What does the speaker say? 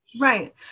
Right